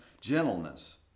Gentleness